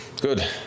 Good